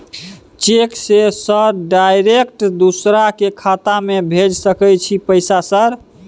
Cheque से sir direct दूसरा के खाता में भेज सके छै पैसा सर?